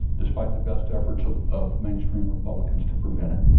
despite the best efforts of mainstream republicans to prevent it.